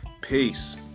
Peace